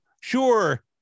Sure